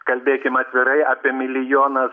kalbėkim atvirai apie milijonas